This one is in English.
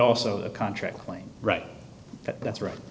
also a contract claim right that's right